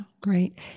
great